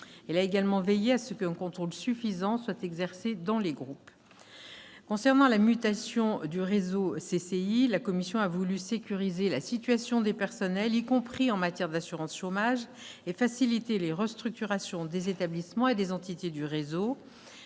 Elle a également veillé à ce qu'un contrôle suffisant soit exercé dans les groupes. Concernant la mutation du réseau des chambres de commerce et d'industrie, la commission spéciale a voulu sécuriser la situation des personnels, y compris en matière d'assurance chômage, et faciliter les restructurations des établissements et des entités du réseau,